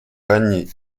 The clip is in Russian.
анне